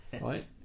Right